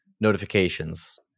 notifications